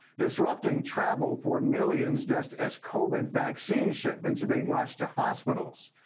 disrupting travel for millions just as covid vaccine shipments are being rushed to hospitals.